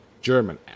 German